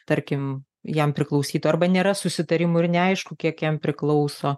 tarkim jam priklausytų arba nėra susitarimų ir neaišku kiek jam priklauso